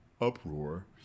uproar